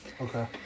Okay